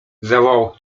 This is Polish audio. zawołał